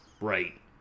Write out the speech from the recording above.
right